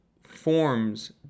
forms